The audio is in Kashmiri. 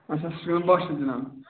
اَچھا سُہ چھُ جناب